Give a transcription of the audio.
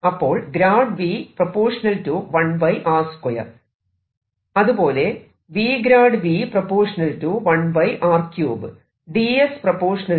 അപ്പോൾ V 1 r 2 അതുപോലെ V V 1 r 3